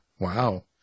Wow